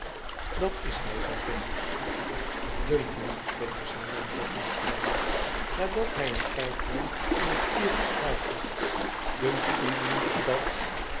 idat is hij zei venus dunkt u niet venus hernam boffin vleiend nadat hij een tijdlang in het vuur gestaard had i dunkt u niet dat